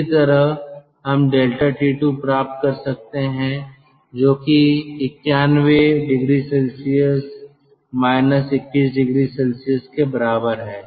इसी तरह हम ∆T2 प्राप्त कर सकते हैं जो कि 91oC 21oC के बराबर है